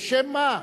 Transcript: לשם מה?